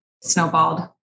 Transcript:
snowballed